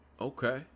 okay